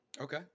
Okay